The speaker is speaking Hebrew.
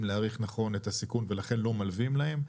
להעריך נכון את הסיכון ולכן לא מלווים להם.